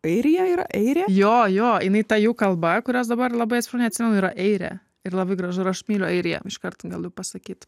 airija yra eirė jo jo jinai ta jų kalba kurios dabar labai atsiprašau neatsimenu yra eirė ir labai gražu aš myliu airiją iškart galiu pasakyt